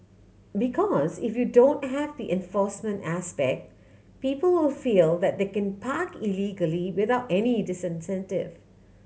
because if you don't have the enforcement aspect people will feel that they can park illegally without any disincentive